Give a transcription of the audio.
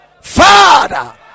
Father